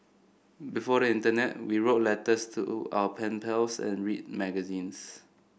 before the internet we wrote letters to our pen pals and read magazines